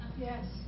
Yes